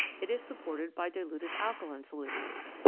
it is supported by diluted alkaline solutions.